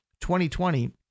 2020